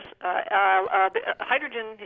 Hydrogen